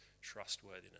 trustworthiness